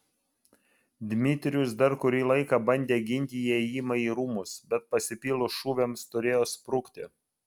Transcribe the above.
dmitrijus dar kurį laiką bandė ginti įėjimą į rūmus bet pasipylus šūviams turėjo sprukti